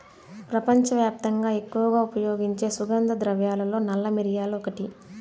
ప్రపంచవ్యాప్తంగా ఎక్కువగా ఉపయోగించే సుగంధ ద్రవ్యాలలో నల్ల మిరియాలు ఒకటి